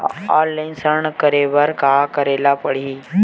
Online ऋण करे बर का करे ल पड़हि?